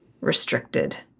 restricted